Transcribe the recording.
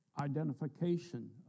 identification